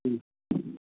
ம்